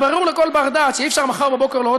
הרי ברור לכל בר-דעת שאי-אפשר מחר בבוקר להורות